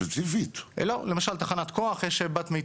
אוקיי, בבקשה להשלים דבר אחרון.